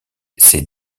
ces